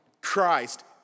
Christ